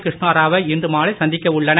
கிருஷ்ணாரவை இன்று மாலை சந்திக்க உள்ளனர்